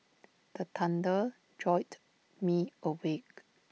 the thunder jolt me awake